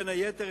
בין היתר,